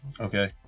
Okay